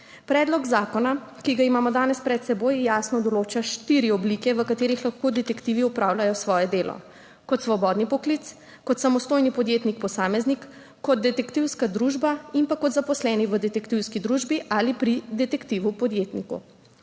Predlog zakona, ki ga imamo danes pred seboj, jasno določa štiri oblike, v katerih lahko detektivi opravljajo svoje delo: kot svobodni poklic, kot samostojni podjetnik posameznik, kot detektivska družba in kot zaposleni v detektivski družbi ali pri detektivu podjetniku.